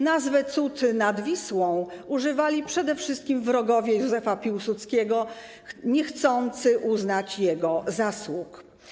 Nazwy Cud nad Wisłą używali przede wszystkim wrogowie Józefa Piłsudskiego, niechcący uznać jego zasług.